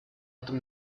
этом